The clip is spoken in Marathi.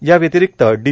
याव्यतिरिक्त डी